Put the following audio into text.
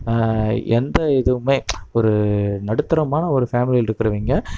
எந்த இதுவுமே ஒரு நடுத்தரமான ஒரு ஃபேமிலியில இருக்கிறவிங்க